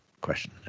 question